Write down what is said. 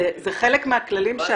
זה אולטימטום?